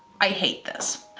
i hate this.